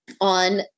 on